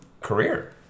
career